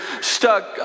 stuck